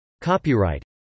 Copyright